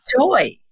Joy